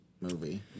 movie